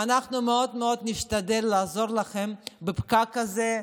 ואנחנו מאוד מאוד נשתדל לעזור לכם בפקק הזה.